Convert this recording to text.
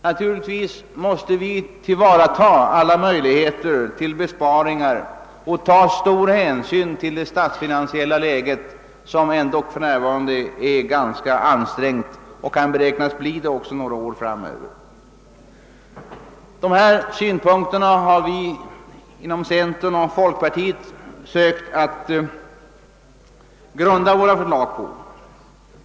Naturligtvis måste vi tillvarata alla möjligheter till besparingar och ta stor hänsyn till det statsfinansiella läget, som för närvarande är ganska ansträngt och kan beräknas bli det också några år framöver. På dessa synpunkter har vi inom centern och folkpartiet sökt grunda våra förslag.